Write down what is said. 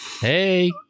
Hey